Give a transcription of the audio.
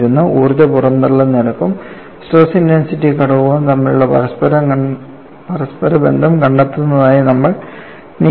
ഊർജ്ജ പുറന്തള്ളൽ നിരക്കും സ്ട്രെസ് ഇന്റെൻസിറ്റി ഘടകവും തമ്മിലുള്ള പരസ്പരബന്ധം കണ്ടെത്തുന്നതിനായി നമ്മൾ നീങ്ങി